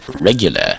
regular